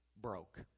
broke